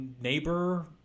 neighbor